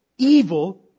Evil